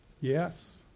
Yes